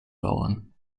bauern